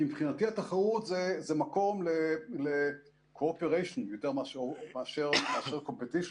כי מבחינתי התחרות זה מקום ל-Cooperation יותר מאשר Competition.